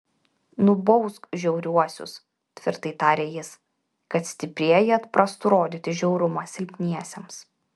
nubausk žiauriuosius tvirtai tarė jis kad stiprieji atprastų rodyti žiaurumą silpniesiems